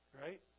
right